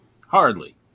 Hardly